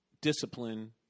discipline